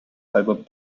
album